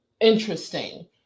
Interesting